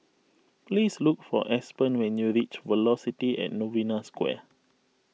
please look for Aspen when you reach Velocity at Novena Square